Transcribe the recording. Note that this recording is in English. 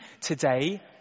today